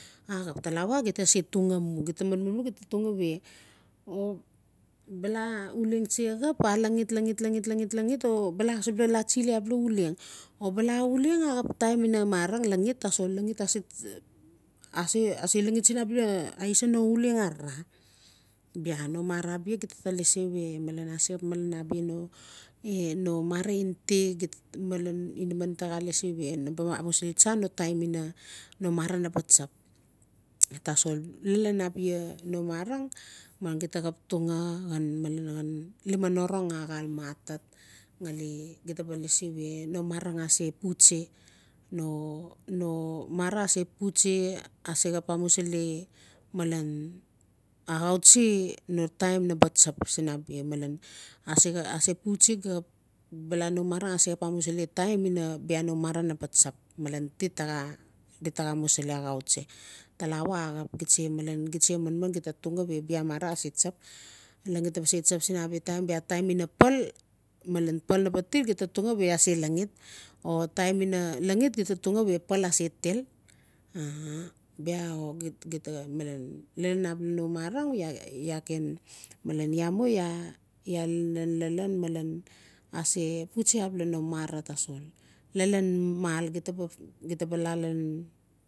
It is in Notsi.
Axp talawa gita se tugaa nu gita manman mu gita tugaa mu we bala uleng se xap a laxit-laxit laxit-laxit-laxit-laxit o bala asubula laa tsiliabla uleng obala uleng axap taim ina laxigt tasol laxit ase laxit sin abia aisa no uleng arara bia no mara bia gita lasi we bia malan ase xap malan no mara gen ti malan inaman taa xaa lasi we na ba amusili tsa no taim ina no mara no ba tsap tasol lalan no marang malen xeta ba xap tugaa xan liman orong axaleme atet xale gita ba lasi we no marang ase putsi no-no marang ase putsi ase xap amusili malan axau tsi no taim na ba tsap in a bia no mara naba tsap malan ti taa xaa amusili axau tsi talawa axap gita se gita manman gita tungaa we bia mara tsap laxi na ba se tsap sin abia taim bia taim ina pal malan pal na ba til gita tungaa we ase laxit o taim ina laxit gita tungaa we pal ase til bia o gita malan lalan abia no marang iaa ken malen iaa mu iaa nanan lalan malan ase pusti abia no mara tasol lalan mal gita ba laa lalan.